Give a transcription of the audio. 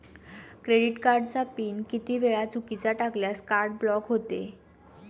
Credit कार्डचा PIN किती वेळा चुकीचा टाकल्यास कार्ड ब्लॉक होते?